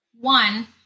One